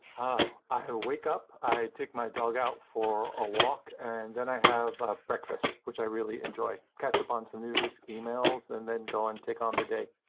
i i wake up. i take my dog out for a walk, and then i have ah breakfast, which i really enjoy. catch up on some news, emails, and then go and take on the day.